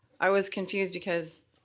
i was confused because